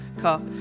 cup